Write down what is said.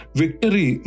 victory